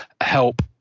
help